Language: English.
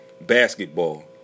basketball